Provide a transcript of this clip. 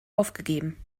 aufgegeben